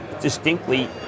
distinctly